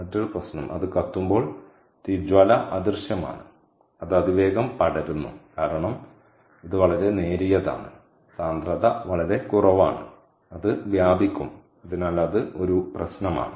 മറ്റൊരു പ്രശ്നം അത് കത്തുമ്പോൾ തീജ്വാല അദൃശ്യമാണ് അത് അതിവേഗം പടരുന്നു കാരണം ഇത് വളരെ നേരിയതാണ് കാരണം സാന്ദ്രത വളരെ കുറവാണ് അത് വ്യാപിക്കും അതിനാൽ അത് ഒരു പ്രശ്നമാണ്